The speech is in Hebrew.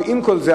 ועם כל זה,